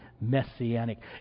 Messianic